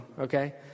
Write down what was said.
okay